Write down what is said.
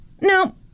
no